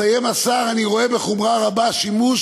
מסיים השר: אני רואה בחומרה רבה שימוש